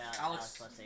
Alex